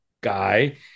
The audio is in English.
guy